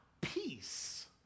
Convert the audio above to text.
peace